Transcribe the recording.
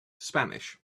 spanish